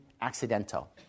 accidental